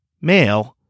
male